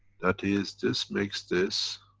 that is, this make this,